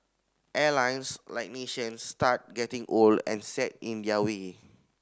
airlines like nations start getting old and set in their way